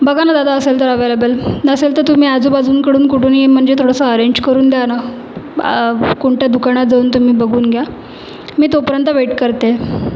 बघा ना दादा असेल तर अव्हेलेबल नसेल तर तुम्ही आजूबाजूंकडून कुठूनही मंजे थोडंसं अरेंज करून द्या ना कोणत्या दुकानात जाऊन तुम्ही बघून घ्या मी तोपर्यंत वेट करते